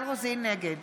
נגד